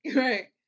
right